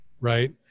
right